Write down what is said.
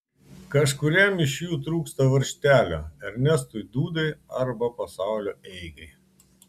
kažkuriam iš jų trūksta varžtelio ernestui dūdai arba pasaulio eigai